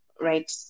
right